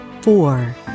four